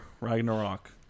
Ragnarok